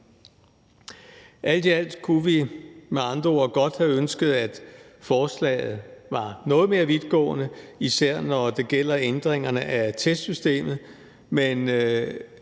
Alt i alt kunne vi med andre ord godt have ønsket, at forslaget var noget mere vidtgående, især når det gælder ændringerne af testsystemet,